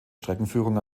streckenführung